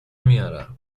میارم